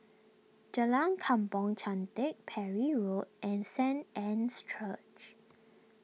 Jalan Kampong Chantek Parry Road and Saint Anne's Church